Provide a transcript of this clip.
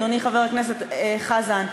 אדוני חבר הכנסת חזן.